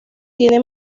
tiene